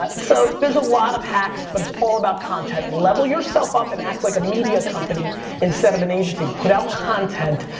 ah so there's a lot of hacks, but it's all about content. level yourself up and act like a media company company instead of an agency. put out content.